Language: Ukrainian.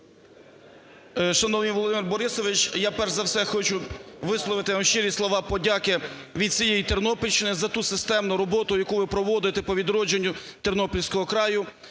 Шановний Володимир Борисович, я, перш за все, хочу висловити вам щирі слова подяки від всієї Тернопільщини за ту системну роботу, яку ви проводити по відродженню тернопільського краю.